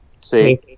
See